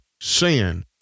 sin